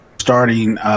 starting